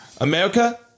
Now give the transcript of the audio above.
America